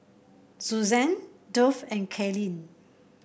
Suzann Duff and Kaylene